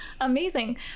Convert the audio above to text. Amazing